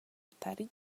tarik